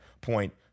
point